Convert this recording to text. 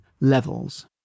levels